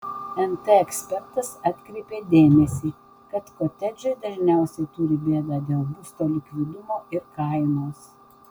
nt ekspertas atkreipė dėmesį kad kotedžai dažniausiai turi bėdą dėl būsto likvidumo ir kainos